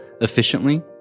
efficiently